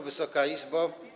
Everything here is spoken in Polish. Wysoka Izbo!